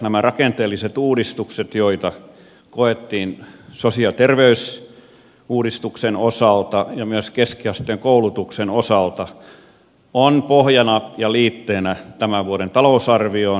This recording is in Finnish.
nämä rakenteelliset uudistukset joita koettiin sosiaali ja terveysuudistuksen osalta ja myös keskiasteen koulutuksen osalta ovat pohjana ja liitteenä tämän vuoden talousarvioon